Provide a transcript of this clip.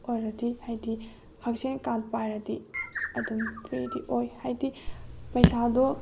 ꯑꯣꯏꯔꯗꯤ ꯍꯥꯏꯗꯤ ꯍꯛꯁꯦꯜ ꯀꯥꯠ ꯄꯥꯏꯔꯗꯤ ꯑꯗꯨꯝ ꯐ꯭ꯔꯤꯗꯤ ꯑꯣꯏ ꯍꯥꯏꯗꯤ ꯄꯩꯁꯥꯗꯣ